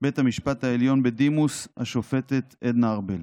בית המשפט העליון בדימוס השופטת עדנה ארבל.